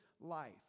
life